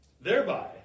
Thereby